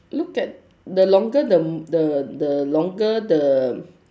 look at the longer the the the longer the